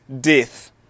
death